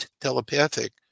telepathic